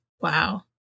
Wow